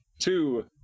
two